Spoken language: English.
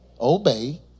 Obey